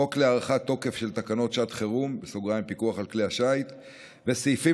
חוק להארכת תוקף של תקנות שעת חירום (פיקוח על כלי שיט); סעיפים